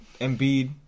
Embiid